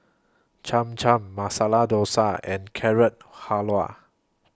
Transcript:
Cham Cham Masala Dosa and Carrot Halwa